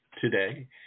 today